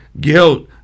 guilt